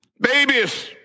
babies